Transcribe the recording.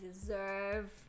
deserve